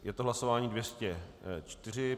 Je to hlasování 204.